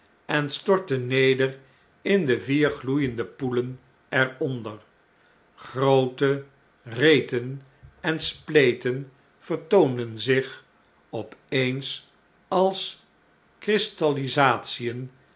en stortten neder in de vier gloeiende poelen er onder groote reten en spleten vertoonden zich op eens als